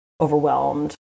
overwhelmed